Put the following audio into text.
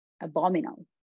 abominable